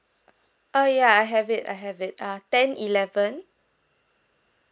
oh ya I have it I have it uh ten eleven